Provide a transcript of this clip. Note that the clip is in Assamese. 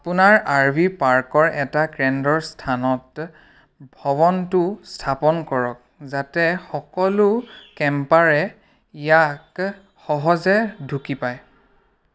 আপোনাৰ আৰ ভি পাৰ্কৰ এটা কেন্দ্ৰৰ স্থানত ভৱনটো স্থাপন কৰক যাতে সকলো কেম্পাৰে ইয়াক সহজে ঢুকি পায়